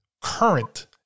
current